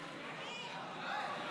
ההצעה